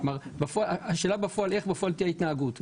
השאלה איך בפועל תהיה ההתנהגות.